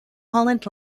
holland